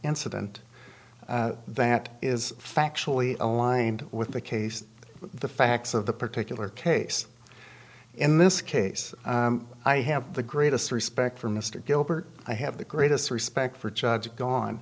incident that is factually aligned with the case the facts of the particular case in this case i have the greatest respect for mr gilbert i have the greatest respect for judge gone